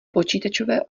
počítačové